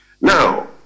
Now